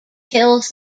kills